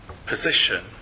Position